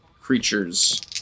creature's